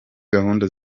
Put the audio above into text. gahunda